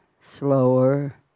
slower